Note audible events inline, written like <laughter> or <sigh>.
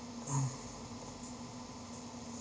<noise>